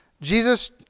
Jesus